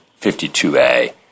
52A